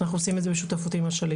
אנחנו עושים את זה בשותפות עם אשלים.